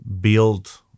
build